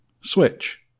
Switch